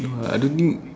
no ah I don't think